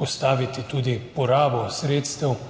postaviti tudi porabo sredstev